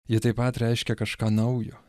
ji taip pat reiškia kažką naujo